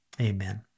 amen